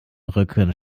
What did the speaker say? rücken